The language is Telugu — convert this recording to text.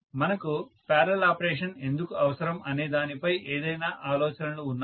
మనకు పారలల్ ఆపరేషన్ ఎందుకు అవసరం అనే దానిపై ఏదైనా ఆలోచనలు ఉన్నాయా